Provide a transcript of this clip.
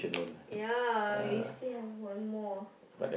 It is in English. ya we still have one more